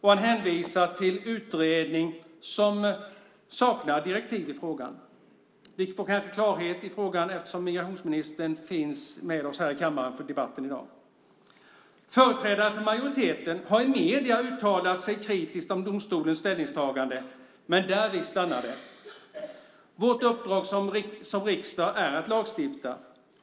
Han hänvisar till en utredning som saknar direktiv i frågan. Vi får kanske klarhet i frågan, eftersom migrationsministern finns med oss här i kammaren i debatten i dag. Företrädare för majoriteten har i medierna uttalat sig kritiskt om domstolens ställningstagande, men därvid stannar det. Vårt uppdrag som riksdag är att lagstifta.